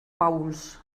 paüls